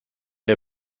der